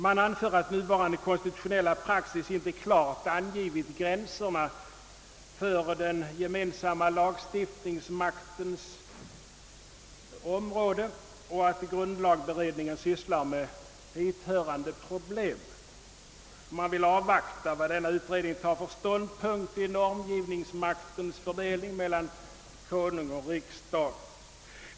Man anför att nuvarande konstitutionella praxis inte klart angivit gränserna för den gemensamma lagstiftningsmaktens område och att grundlagberedningen sysslar med hithörande problem, varför man vill avvakta vilken ståndpunkt denna utredning har till normgivningsmaktens fördelning mellan Konung och riksdag.